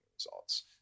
results